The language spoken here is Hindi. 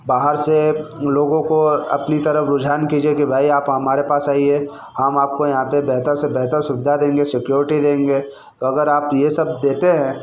बाहर से लोगों को अपनी तरफ़ रूझान कीजिए कि भाई आप हमारे पास आइए हम आपको यहाँ पर बेहतर से बेहतर सुविधा देंगे सिक्योरिटी देंगे तो अगर आप यह सब देते हैं